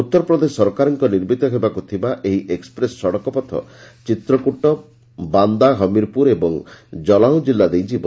ଉତ୍ତର ପ୍ରଦେଶ ସରକାରଙ୍କ ନିର୍ମିତ ହେବାକୁ ଥିବା ଏହି ଏକ୍ପ୍ରେସ୍ ସଡ଼କପଥ ଚିତ୍ରକୁଟ ବାନ୍ଦା ହମିରପୁର ଓ କଲାଓଁ କିଲ୍ଲା ଦେଇ ଯିବ